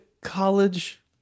college